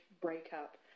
breakup